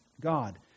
God